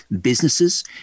businesses